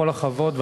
בכל הכבוד,